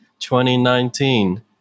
2019